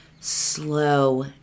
Slow